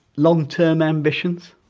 long-term ambitions?